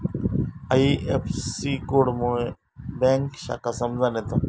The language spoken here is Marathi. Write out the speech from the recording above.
आई.एफ.एस.सी कोड मुळे बँक शाखा समजान येता